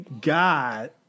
God